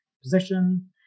position